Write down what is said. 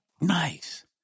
nice